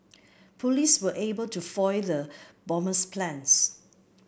police were able to foil the bomber's plans